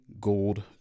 Gold